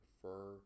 prefer